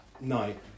Night